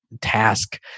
task